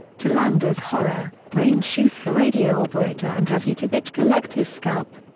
to landa's horror, raine shoots the radio operator and has utivich collect his scalp.